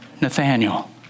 Nathaniel